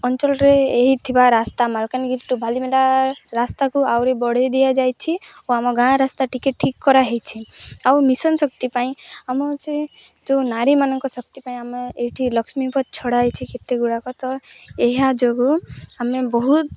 ଅଞ୍ଚଳରେ ଏଇ ଥିବା ରାସ୍ତା ମାଲକାନଗିରିରୁ ବାଲି ମେଳା ରାସ୍ତାକୁ ଆହୁରି ବଢ଼ାଇ ଦିଆଯାଇଛି ଓ ଆମ ଗାଁ ରାସ୍ତା ଟିକେ ଠିକ୍ କରାହେଇଛି ଆଉ ମିଶନ ଶକ୍ତି ପାଇଁ ଆମ ସେ ଯେଉଁ ନାରୀମାନଙ୍କ ଶକ୍ତି ପାଇଁ ଆମେ ଏଇଠି ଲକ୍ଷ୍ମୀପଦ ଛଡ଼ା ହୋଇଛି କେତେ ଗୁଡ଼ାକ ତ ଏହା ଯୋଗୁଁ ଆମେ ବହୁତ